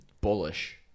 Bullish